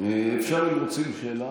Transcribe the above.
אפשר תיקון קטן,